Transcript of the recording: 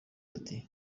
ati